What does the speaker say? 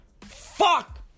Fuck